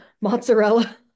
mozzarella